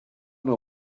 know